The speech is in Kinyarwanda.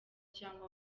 cyangwa